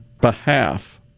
behalf